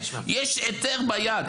יש היתר ביד,